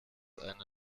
eine